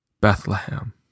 Bethlehem